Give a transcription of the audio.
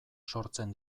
sortzen